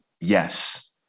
Yes